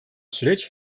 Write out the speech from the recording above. süreç